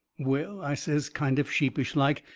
well, i says, kind of sheepish-like,